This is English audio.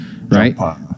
right